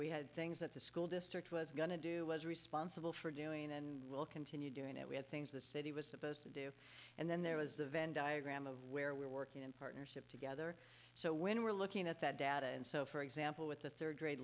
we had things that the school district was going to do was responsible for doing and will continue doing it we had things the city was supposed to do and then there was the venn diagram of where we're working in partnership together so when we're looking at that data and so for example with the third grade